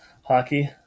Hockey